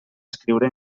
escriure